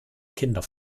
kinder